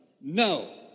no